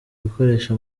ugukoresha